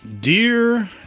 Dear